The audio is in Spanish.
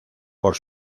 por